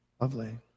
Lovely